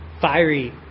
fiery